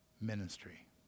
ministry